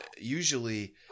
usually